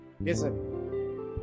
Listen